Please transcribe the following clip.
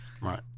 Right